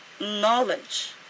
knowledge